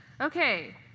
Okay